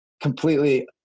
completely